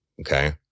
Okay